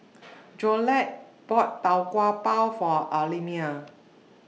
Jolette bought Tau Kwa Pau For Almedia